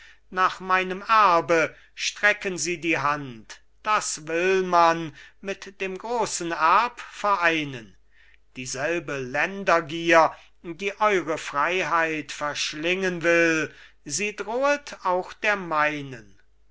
nach meinem erbe strecken sie die hand das will man mit dem grossen erb vereinen dieselbe ländergier die eure freiheit verschlingen will sie drohet auch der meinen